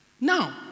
Now